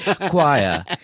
Choir